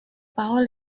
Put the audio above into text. parole